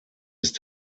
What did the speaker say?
ist